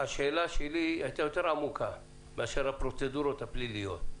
השאלה שלי הייתה יותר עמוקה מאשר הפרוצדורות הפליליות.